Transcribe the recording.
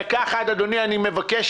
דקה אחת, אדוני, אני מבקש.